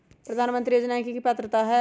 प्रधानमंत्री योजना के की की पात्रता है?